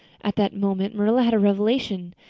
at that moment marilla had a revelation.